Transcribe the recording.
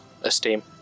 Esteem